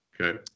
Okay